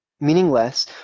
meaningless